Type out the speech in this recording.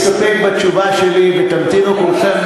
אני מציע שנסתפק בתשובה שלי ותמתינו כולכם,